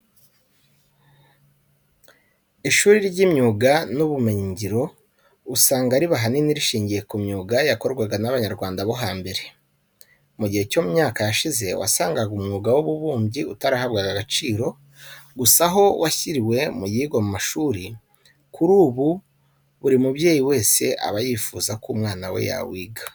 Ishuri ry'imyuga n'ubumenyingiro usanga riba ahanini rishingiye ku myuga yakorwaga n'Abanyarwanda bo hambere. Mu gihe cyo mu myaka yashize wasangaga umwuga w'ububumbyi utarahabwaga agaciro, gusa aho washyiriwe muyigwa mu mashuri, kuri ubu buri mubyeyi wese aba yifuza ko umwana we yawiga.